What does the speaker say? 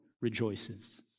rejoices